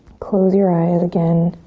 close your eyes again